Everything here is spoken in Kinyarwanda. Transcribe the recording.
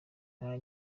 nta